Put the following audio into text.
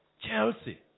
Chelsea